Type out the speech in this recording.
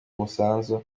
umusanzu